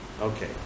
Okay